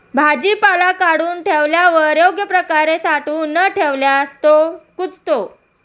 भाजीपाला काढून ठेवल्यावर योग्य प्रकारे साठवून न घेतल्यास तो कुजतो